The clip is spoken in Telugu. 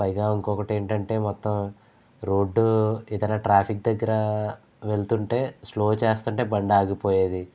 పైగా ఇంకొకటి ఏంటంటే మొత్తం రోడ్డ్ ఏదన్న ట్రాఫిక్ దగ్గర వెళ్తుంటే స్లో చేస్తుంటే బండి ఆగిపోయేది